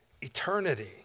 Eternity